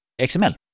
XML